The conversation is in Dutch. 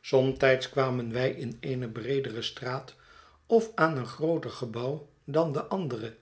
somtijds kwamen wij in eene breedere straat of aan een grooter gebouw dan de andere